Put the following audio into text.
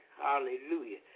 Hallelujah